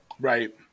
Right